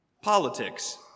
politics